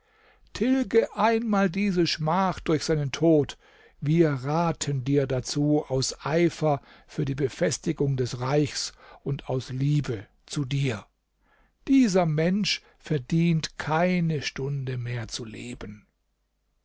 tilge einmal diese schmach durch seinen tod wir raten dir dazu aus eifer für die befestigung des reichs und aus liebe zu dir dieser mensch verdient keine stunde mehr zu leben